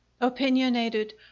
Opinionated